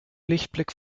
lichtblick